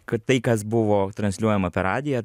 ka tai kas buvo transliuojama per radiją